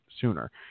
sooner